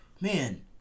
man